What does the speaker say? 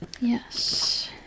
Yes